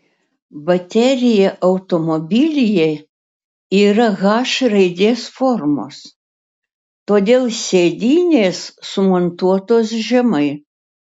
baterija automobilyje yra h raidės formos todėl sėdynės sumontuotos žemai